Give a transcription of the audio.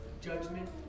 judgment